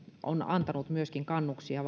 on varmasti antanut myöskin kannuksia